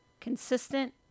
Consistent